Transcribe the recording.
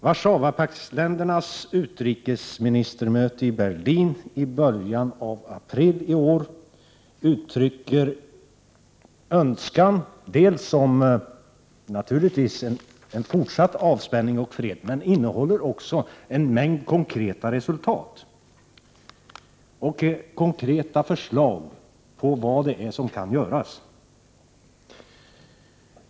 Warszawapaktsländernas utrikesministermöte i Berlin i början av april i år är ett uttryck för en önskan om en fortsatt avspänning och fred, men det ledde också till en mängd konkreta resultat och förslag till vad som kan göras.